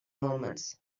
moments